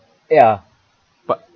ya but